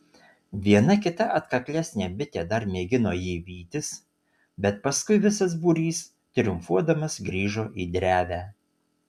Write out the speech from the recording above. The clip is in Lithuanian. viena kita atkaklesnė bitė dar mėgino jį vytis bet paskui visas būrys triumfuodamas grįžo į drevę